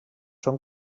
són